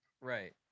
right